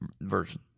version